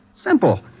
Simple